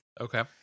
Okay